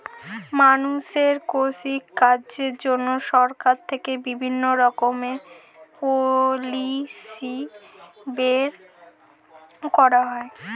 মানুষের কৃষি কাজের জন্য সরকার থেকে বিভিন্ন রকমের পলিসি বের করা হয়